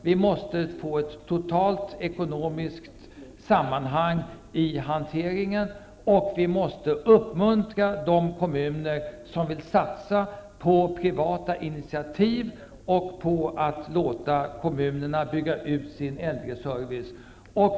Vi måste få ett totalt ekonomiskt sammanhang i hanteringen, och vi måste uppmuntra de kommuner som vill satsa på privata initiativ och på att bygga ut sin äldreservice.